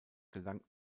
gelangt